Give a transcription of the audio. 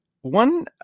One